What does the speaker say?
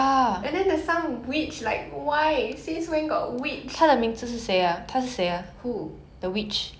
in the original cartoon there's no witch I don't know I forgot I never see